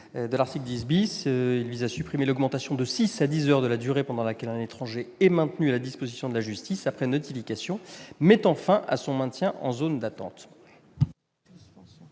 Durain. Cet amendement vise à supprimer l'augmentation de six à dix heures de la durée pendant laquelle un étranger est maintenu à la disposition de la justice après notification mettant fin à son maintien en zone d'attente.